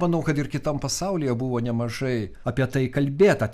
manau kad ir kitam pasaulyje buvo nemažai apie tai kalbėta